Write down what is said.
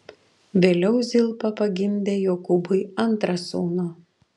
vėliau zilpa pagimdė jokūbui antrą sūnų